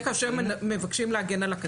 זה כאשר מבקשים להגן על הקטין.